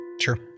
Sure